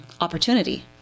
opportunity